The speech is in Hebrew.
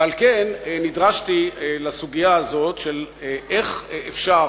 ועל כן נדרשתי לסוגיה הזאת של איך אפשר